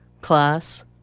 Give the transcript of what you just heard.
class